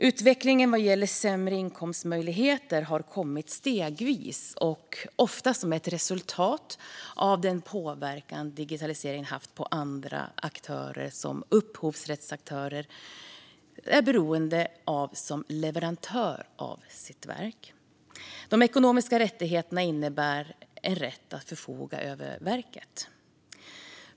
Utvecklingen vad gäller sämre inkomstmöjligheter har kommit stegvis och ofta som ett resultat av den påverkan som digitaliseringen haft på andra aktörer som upphovsrättsaktörer är beroende av som leverantör av sitt verk. De ekonomiska rättigheterna innebär en rätt att förfoga över verket.